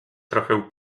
trochę